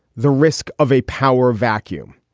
the risk of a power vacuum.